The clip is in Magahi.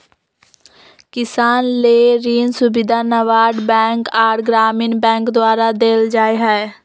किसान ले ऋण सुविधा नाबार्ड बैंक आर ग्रामीण बैंक द्वारा देल जा हय